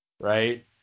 Right